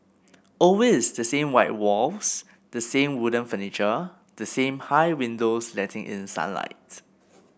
always the same white walls the same wooden furniture the same high windows letting in sunlight